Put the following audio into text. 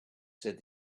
said